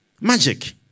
magic